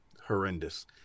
Horrendous